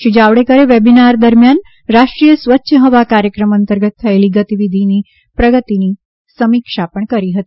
શ્રી જાવડેકરે વેબીનાર દરમ્યાન રાષ્ટ્રીય સ્વચ્છ હવા કાર્યક્રમ અંતર્ગત થયેલી ગતિવિધિની પ્રગતિની સમીક્ષા પણ કરી હતી